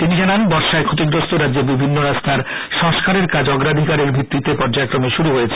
তিনি জানান বর্ষায় ফ্ষতিগ্রস্ত রাজ্যের বিভিন্ন রাস্তার সংস্কারের কাজ অগ্রাধিকারের ভিত্তিতে পর্যায়ক্রমে শুরু হয়েছে